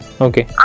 Okay